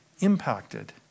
impacted